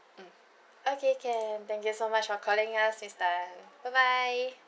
mm okay can thank you so much for calling us miss tan bye bye